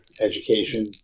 education